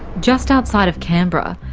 just outside of canberra,